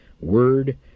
word